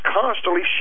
constantly